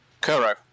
Kuro